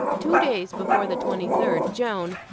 two days before the twenty third, joan,